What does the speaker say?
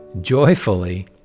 joyfully